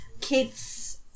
kids